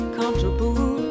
comfortable